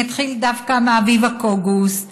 אני אתחיל דווקא מאביבה קוגוס,